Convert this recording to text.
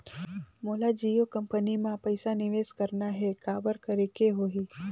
मोला जियो कंपनी मां पइसा निवेश करना हे, काबर करेके होही?